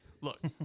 Look